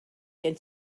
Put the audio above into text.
gen